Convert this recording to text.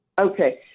Okay